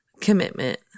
commitment